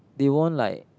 they won't like